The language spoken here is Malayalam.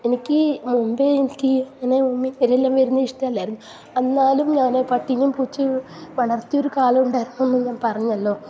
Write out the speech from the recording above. എനിക്ക് മുൻപേ എനിക്ക് ഇങ്ങനെ ഉമിനീരെല്ലാം വരുന്നത് ഇഷ്ടമല്ലായിരുന്നു എന്നാലും ഞാൻ ആ പട്ടീനെം പൂച്ചെനെം വളർത്തിയ ഒരു കാലമുണ്ടായിരുന്നു എന്ന് ഞാൻ പറഞ്ഞല്ലോ